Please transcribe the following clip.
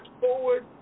Forward